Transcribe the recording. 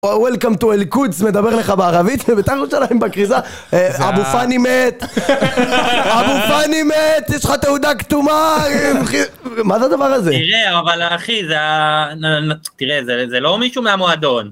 וולקאם טו אלקודס מדבר לך בערבית בינתיים בכריזה אבו פאני מת אבו פאני מת יש לך תעודה כתומה אחי מה זה הדבר הזה תראה אבל אחי תראה זה לא זה לא מישהו מהמועדון.